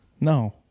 No